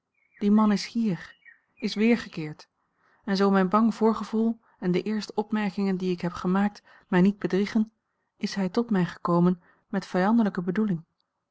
die man is hier is weergekeerd en zoo mijn bang voorgevoel en de eerste opmerkingen die ik heb gemaakt mij niet bedriegen is hij tot mij gekomen met vijandelijke bedoeling